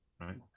right